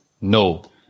no